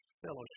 fellowship